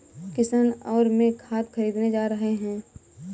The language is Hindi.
किशन और मैं खाद खरीदने जा रहे हैं